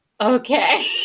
Okay